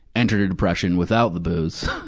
and triggered depression without the booze.